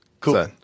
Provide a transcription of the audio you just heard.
Cool